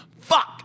Fuck